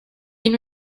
been